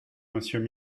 monsieur